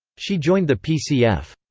she joined the pcf.